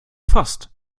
fast